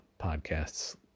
podcast's